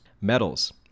metals